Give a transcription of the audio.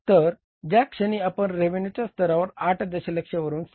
तर ज्याक्षणी आपण रेव्हेन्यूचा स्तर 8 दशलक्ष वरून 7